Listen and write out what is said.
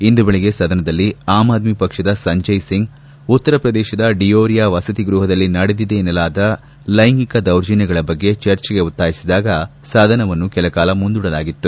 ಇಂದು ಬೆಳಗ್ಗೆ ಸದನದಲ್ಲಿ ಆಮ್ ಆದ್ಲಿ ಪಕ್ಷದ ಸಂಜಯ್ ಸಿಂಗ್ ಉತ್ತರ ಪ್ರದೇಶದ ಡಿಯೋರಿಯಾ ವಸತಿ ಗೃಹದಲ್ಲಿ ನಡೆದಿದೆ ಎನ್ನಲಾದ ಲೈಂಗಿಕ ದೌರ್ಜನ್ನಗಳ ಬಗ್ಗೆ ಚರ್ಚೆಗೆ ಒತ್ತಾಯಿಸಿದಾಗ ಸದನವನ್ನು ಕೆಲ ಕಾಲ ಮುಂದೂಡಲಾಗಿತ್ತು